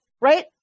right